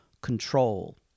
control